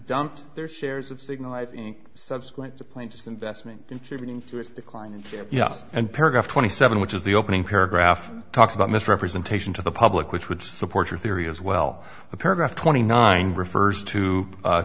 dumped their shares of signal i think subsequent to plaintiff's investment contributing to its decline and yes and paragraph twenty seven which is the opening paragraph talks about misrepresentation to the public which would support your theory as well the paragraph twenty nine refers to a